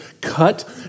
cut